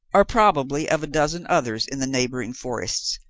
or probably of a dozen others in the neighbouring forests,